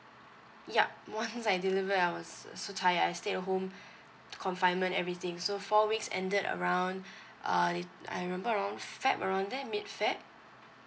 yup once I deliver I was so so tired I stayed at home confinement everything so four weeks ended around uh I remember around feb around there mid feb